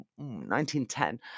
1910